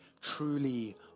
truly